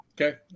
Okay